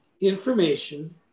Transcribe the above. information